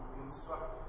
instruct